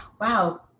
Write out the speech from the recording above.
wow